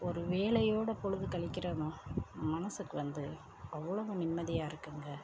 ஒரு வேலையோடு பொழுது கழிக்கிறேன்னோ மனதுக்கு வந்து அவ்வளோவு நிம்மதியாக இருக்குங்க